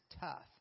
tough